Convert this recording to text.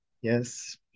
Yes